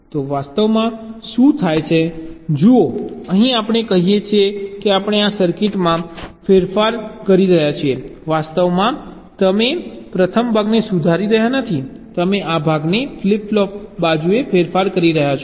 તો વાસ્તવમાં શું થાય છે જુઓ અહીં આપણે કહીએ છીએ કે આપણે આ સર્કિટમાં ફેરફાર કરી રહ્યા છીએ વાસ્તવમાં તમે પ્રથમ ભાગને સુધારી રહ્યા નથી તમે આ ભાગને ફ્લિપ ફ્લોપ બાજુમાં ફેરફાર કરી રહ્યા છો